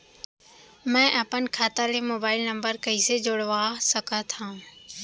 मैं अपन खाता ले मोबाइल नम्बर कइसे जोड़वा सकत हव?